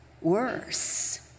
worse